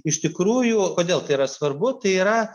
iš tikrųjų kodėl tai yra svarbu tai yra